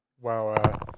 Wow